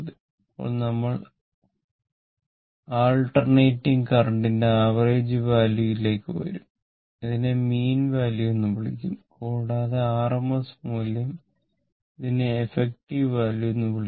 ഇപ്പോൾ നമ്മൾ alternating current ന്റെ ആവറേജ് വാല്യൂക് വരും ഇതിനെ മീൻ വാല്യൂ എന്നും വിളിക്കുന്നു കൂടാതെ ആർഎംഎസ് മൂല്യം ഇതിനെ എഫക്റ്റീവ് വാല്യൂ എന്നും വിളിക്കുന്നു